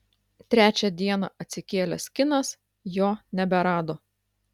trečią dieną atsikėlęs kinas jo neberado